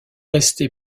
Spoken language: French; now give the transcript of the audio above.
resté